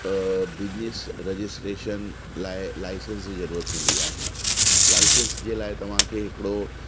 business registration लाइ licence जी ज़रूरत हुंदी आहे लाईसंस जे लाइ तव्हांखे हिकिड़ो